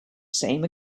same